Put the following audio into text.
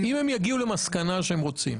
אם הם יגיעו למסקנה שהם רוצים.